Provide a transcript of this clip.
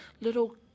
little